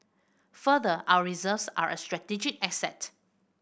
further our reserves are a strategic asset